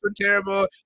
terrible